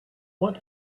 want